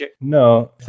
no